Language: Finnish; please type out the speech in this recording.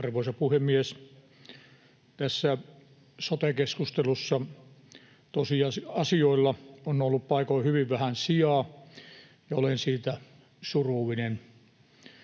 Arvoisa puhemies! Tässä sote-keskustelussa tosiasioilla on ollut paikoin hyvin vähän sijaa, ja olen siitä surullinen.